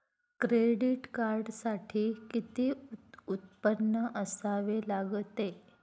Credit कार्डसाठी किती उत्पन्न असावे लागते?